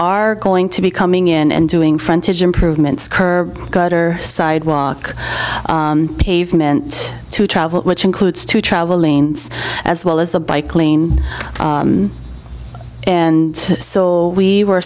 are going to be coming in and doing frontage improvements curb gutter sidewalk pavement to travel which includes two travel lanes as well as a bike lane and so we were